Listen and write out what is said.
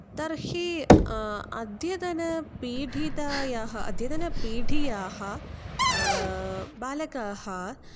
तर्हि अद्यतनापीडायाः अद्यतनपीडायाः बालकाः